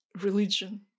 religion